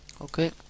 Okay